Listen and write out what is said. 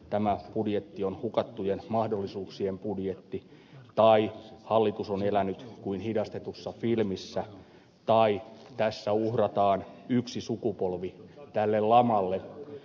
tämä budjetti on hukattujen mahdollisuuksien budjetti tai hallitus on elänyt kuin hidastetussa filmissä tai tässä uhrataan yksi sukupolvi tälle lamalle